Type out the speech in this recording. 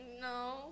no